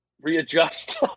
readjust